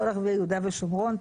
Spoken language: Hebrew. כל ערביי יהודה ושומרון,